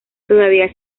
todavía